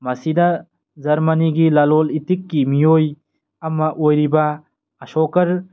ꯃꯁꯤꯗ ꯖꯔꯃꯅꯤꯒꯤ ꯂꯂꯣꯟ ꯏꯇꯤꯛꯀꯤ ꯃꯤꯑꯣꯏ ꯑꯃ ꯑꯣꯏꯔꯤꯕ ꯑꯁꯣꯀꯔ